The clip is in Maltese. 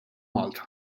malta